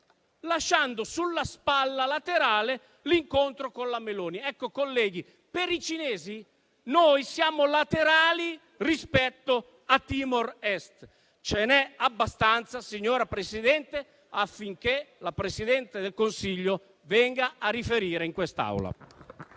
lasciando sulla spalla laterale l'incontro con la presidente del Consiglio Meloni. Colleghi, per i cinesi noi siamo laterali rispetto a Timor Est. Ce n'è abbastanza, signora Presidente, affinché la Presidente del Consiglio venga a riferire in quest'Aula.